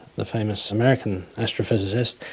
the famous american astrophysicist,